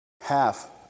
half